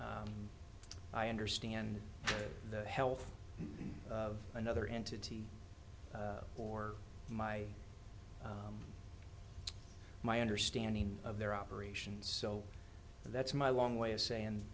i understand the health of another entity or my my understanding of their operations so that's my long way of saying